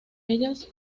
ellas